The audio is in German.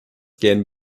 gern